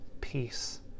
peace